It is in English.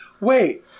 wait